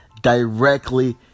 directly